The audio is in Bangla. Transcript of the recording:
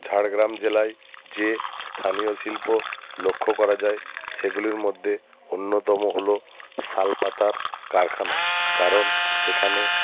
ঝাড়গ্রাম জেলায় যে স্থানীয় শিল্প লক্ষ্য করা যায় সেগুলির মধ্যে অন্যতম হলো শাল পাতার কারখানা কারণ এখানে